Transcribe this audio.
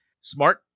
smart